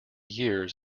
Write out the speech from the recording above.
years